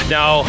Now